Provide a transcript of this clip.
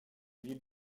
ville